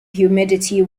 humidity